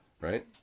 Right